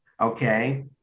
Okay